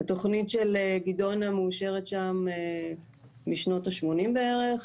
התכנית של גדעונה מאושרת שם משנות השמונים בערך,